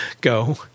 go